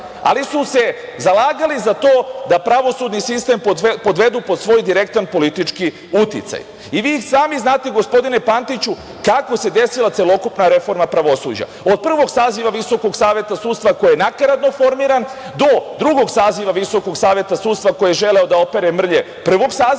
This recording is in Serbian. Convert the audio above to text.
ali su se zalagali za to da pravosudni sistem podvedu pod svoj direktan politički uticaj. Vi sami znate, gospodine Pantiću, kako se desila celokupna reforma pravosuđa. Od prvog saziva Visokog saveta sudstva koji je nakaradno formiran, do drugog saveta Visokog saveta sudstva koji je želeo da opere mrlje prvog saziva,